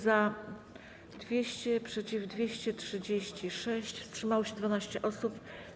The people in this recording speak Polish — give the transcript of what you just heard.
Za - 200, przeciw - 236, wstrzymało się 12 osób.